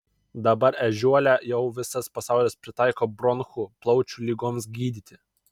dabar ežiuolę jau visas pasaulis pritaiko bronchų plaučių ligoms gydyti